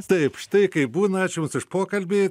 taip štai kaip būna ačiū jums už pokalbį